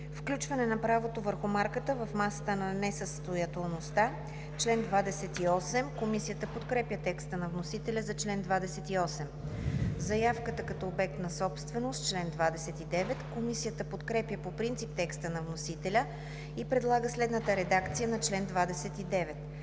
„Включване на правото върху марката в масата на несъстоятелността – чл. 28“. Комисията подкрепя текста на вносителя за чл. 28. „Заявката като обект на собственост – чл. 29“. Комисията подкрепя по принцип текста на вносителя и предлага следната редакция на чл. 29: